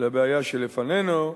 לבעיה שלפנינו,